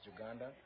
Uganda